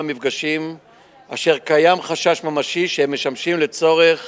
מפגשים אשר קיים חשש ממשי שהם משמשים לצורך